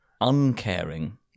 uncaring